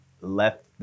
left